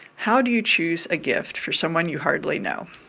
how do you choose a gift for someone you hardly know?